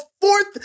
fourth-